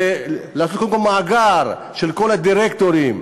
לעשות קודם כול מאגר של כל הדירקטורים,